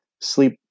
sleep